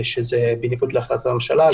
וזה בניגוד להחלטת הממשלה,